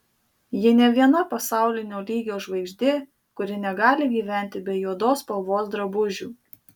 ji ne viena pasaulinio lygio žvaigždė kuri negali gyventi be juodos spalvos drabužių